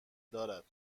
دارد